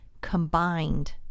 combined